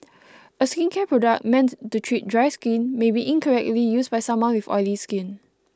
a skincare product meant to treat dry skin may be incorrectly used by someone with oily skin